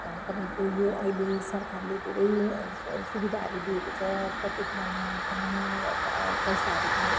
अनि तपाईँको यो अहिले सरकारले धेरै स सुविधाहरू दिएको छ प्रत्येक महिना पाउने अब पैसाहरू पाउँ